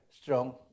strong